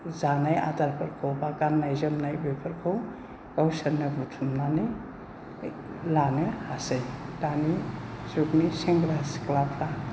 जानाय आदारफोरखौ एबा गाननाय जोमनाय बेफोरखौ गावसोरनो बुथुमनानै लानो हासै दानि जुगनि सेंग्रा सिख्लाफोरा